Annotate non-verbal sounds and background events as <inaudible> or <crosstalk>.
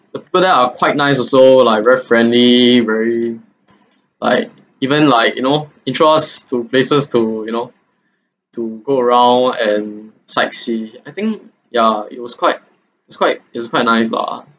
people there are quite nice also like very friendly very <breath> like even like you know interest to places to you know <breath> to go around and sightsee I think ya it was quite it's quite it's quite nice lah